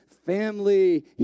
Family